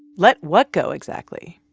let what go, exactly?